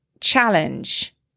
challenge